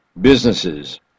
Businesses